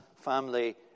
family